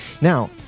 now